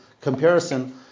comparison